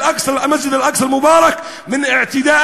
לאלתר כדי להגן על מסגד אל-אקצא המבורך ממעשי התוקפנות